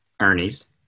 Ernie's